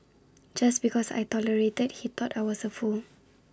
just because I tolerated he thought I was A fool